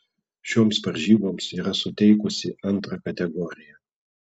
šioms varžyboms yra suteikusi antrą kategoriją